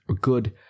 good